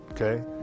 okay